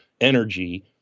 energy